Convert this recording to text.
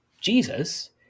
Jesus